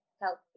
healthy